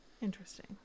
Interesting